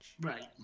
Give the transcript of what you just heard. Right